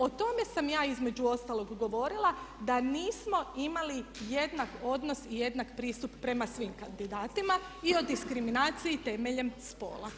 O tome sam ja između ostalog govorila da nismo imali jednak odnos i jednak pristup prema svim kandidatima i o diskriminaciji temeljem spola.